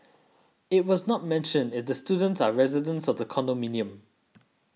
it was not mentioned if the students are residents of the condominium